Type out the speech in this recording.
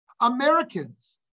Americans